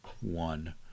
one